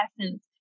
essence